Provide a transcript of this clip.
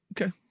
Okay